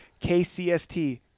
KCST